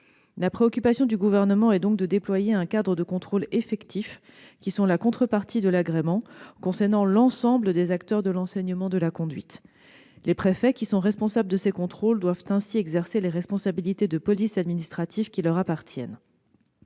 La préoccupation du Gouvernement est donc de déployer un cadre de contrôles effectifs, contrepartie de l'agrément, pour l'ensemble des acteurs de l'enseignement de la conduite. Les préfets, qui sont responsables de ces contrôles, doivent ainsi exercer les responsabilités de police administrative qui leur appartiennent.